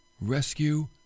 rescue